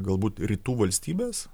gal būt rytų valstybes